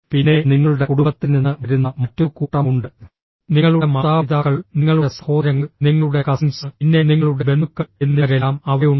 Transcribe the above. പിന്നെ നിങ്ങളുടെ കുടുംബത്തിൽ നിന്ന് വരുന്ന മറ്റൊരു കൂട്ടം ഉണ്ട് നിങ്ങളുടെ മാതാപിതാക്കൾ നിങ്ങളുടെ സഹോദരങ്ങൾ നിങ്ങളുടെ കസിൻസ് പിന്നെ നിങ്ങളുടെ ബന്ധുക്കൾ എന്നിവരെല്ലാം അവിടെയുണ്ട്